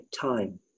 time